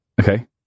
Okay